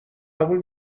قبول